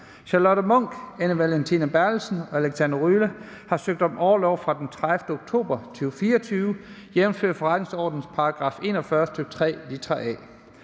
Charlotte Munch, Anne Valentina Berthelsen og Alexander Ryle har søgt om orlov fra den 30. oktober 2024, jævnfør forretningsordenens § 41, stk. 3, litra